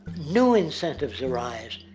new incentives arise.